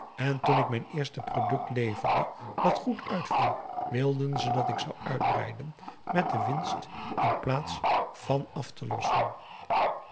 en toen ik mijn eerste product leverde dat goed uitviel wilden ze dat ik zou uitbreiden met de winst in plaats van af te lossen